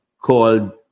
called